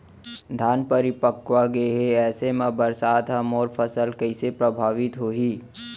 धान परिपक्व गेहे ऐसे म बरसात ह मोर फसल कइसे प्रभावित होही?